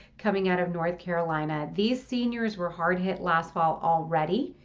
coming out of north carolina. these seniors were hard-hit last fall, already,